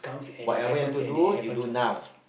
whatever want to do you do now